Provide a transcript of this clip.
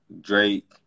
Drake